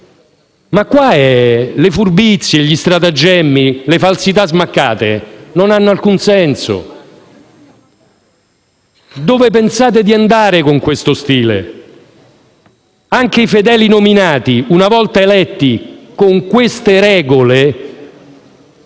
invece le furbizie, gli stratagemmi e le falsità smaccate non hanno alcun senso. Dove pensate di andare con questo stile? Anche i fedeli nominati, una volta eletti con queste regole,